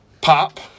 pop